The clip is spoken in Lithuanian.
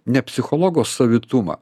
ne psichologo savitumą